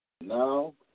Now